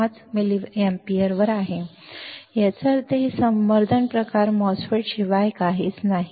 5 मिलीअँपिअरवर याचा अर्थ हे माझे संवर्धन प्रकार MOSFET शिवाय काहीच नाही